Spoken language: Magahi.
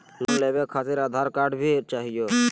लोन लेवे खातिरआधार कार्ड भी चाहियो?